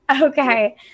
Okay